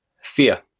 Fear